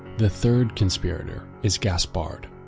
the third conspirator is gaspard